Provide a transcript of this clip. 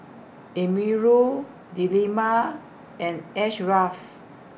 Amirul Delima and Ashraff